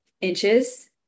inches